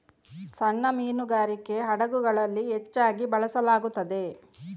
ಸಣ್ಣ ಮೀನುಗಾರಿಕೆ ಹಡಗುಗಳಲ್ಲಿ ಹೆಚ್ಚಾಗಿ ಬಳಸಲಾಗುತ್ತದೆ